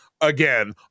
again